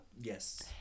Yes